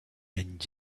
and